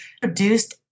produced